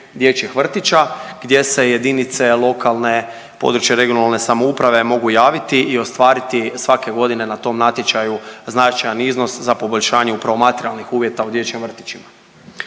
dječjih vrtića gdje se jedinice lokalne i područne (regionalne) samouprave mogu javiti i ostvariti svake godine na tom natječaju značajan iznos za poboljšanje upravo materijalnih uvjeta u dječjim vrtićima.